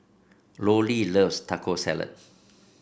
Lollie loves Taco Salad